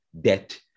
debt